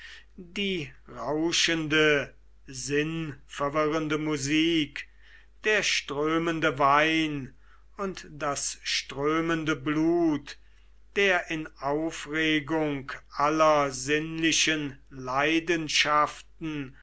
die rauschende sinnverwirrende musik der strömende wein und das strömende blut der in aufregung aller sinnlichen leidenschaften